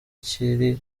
kiri